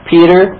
Peter